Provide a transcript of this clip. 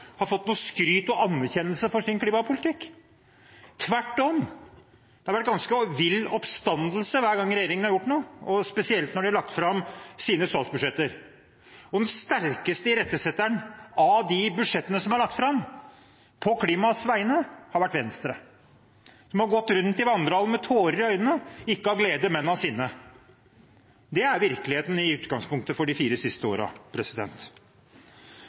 har fått skryt og anerkjennelse for sin klimapolitikk – tvert om. Det har vært ganske vill oppstandelse hver gang regjeringen har gjort noe, og spesielt når de har lagt fram sine statsbudsjetter. Den sterkeste irettesetteren på klimaets vegne av de budsjettene som er lagt fram, har vært Venstre. De har gått rundt i vandrehallen med tårer i øynene, ikke av glede, men av sinne. Det er virkeligheten i utgangspunktet for de fire siste